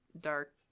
dark